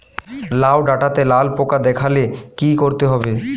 লাউ ডাটাতে লাল পোকা দেখালে কি করতে হবে?